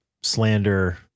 slander